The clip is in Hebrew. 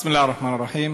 בסם אללה א-רחמאן א-רחים.